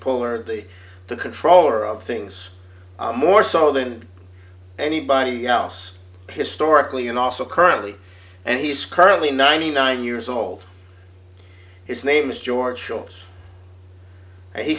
puller the the controller of things more so than anybody else historically and also currently and he's currently ninety nine years old his name is george s